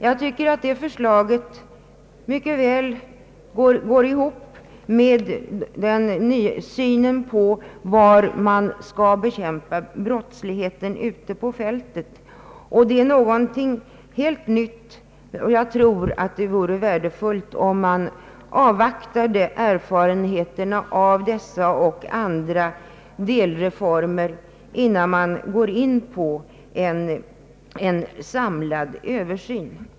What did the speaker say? Jag tycker att detta förslag mycket väl går ihop med synen på var man skall bekämpa brottsligheten ute på fältet. Det är någonting helt nytt. Jag tror att det vore värdefullt om man avvaktade erfarenheterna av denna och andra delreformer innan man går in för en samlad översyn.